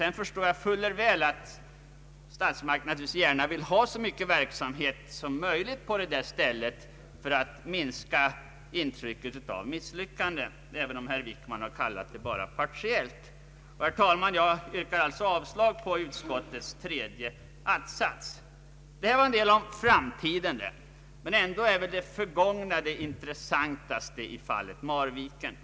Jag förstår fuller väl att statsmakterna vill ha så stor verksamhet som möjligt på denna plats för att minska intrycket av misslyckande — även om herr Wickman bara kallat det partiellt. Herr talman! Jag yrkar avslag på tredje att-satsen i utskottets hemställan. Det här var en hel del om framtiden. Ändå är väl det förgångna det intressantaste i fallet Marviken.